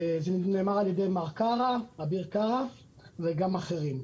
זה נאמר על ידי מר אביר קארה וגם על ידי אחרים.